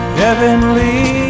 heavenly